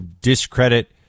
discredit